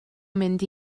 mynd